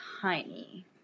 tiny